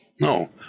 No